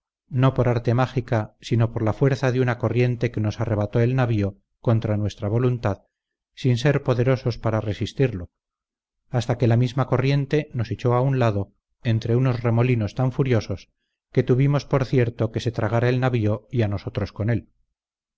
no por arte mágica sino por la fuerza de una corriente que nos arrebató el navío contra nuestra voluntad sin ser poderosos para resistirlo hasta que la misma corriente nos echó a un lado entre unos remolinos tan furiosos que tuvimos por cierto que se tragara el navío y a nosotros con él